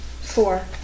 four